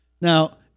Now